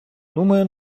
думаю